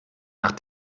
nach